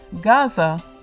Gaza